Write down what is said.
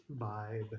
vibe